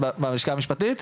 את בלשכה המשפטית?